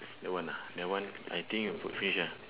that one ah that one I think you put finish ah